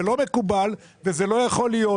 זה לא מקובל וזה לא יכול להיות,